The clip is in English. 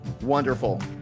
Wonderful